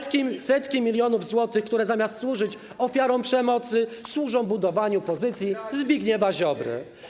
To setki milionów złotych, które zamiast służyć ofiarom przemocy, służą budowaniu pozycji Zbigniewa Ziobry.